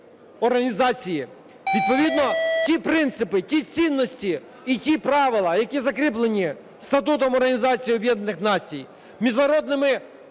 організації. Відповідно ті принципи, ті цінності і ті правила, які закріплені Статутом Організації Об'єднаних Націй, міжнародними